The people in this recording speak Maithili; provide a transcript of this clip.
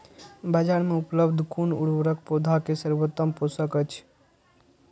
बाजार में उपलब्ध कुन उर्वरक पौधा के सर्वोत्तम पोषक अछि?